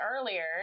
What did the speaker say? earlier